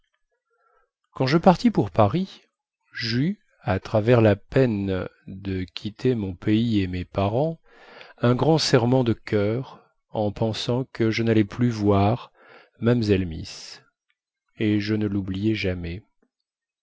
quand je partis pour paris jeus à travers la peine de quitter mon pays et mes parents un grand serrement de coeur en pensant que je nallais plus voir mamzelle miss et je ne loubliai jamais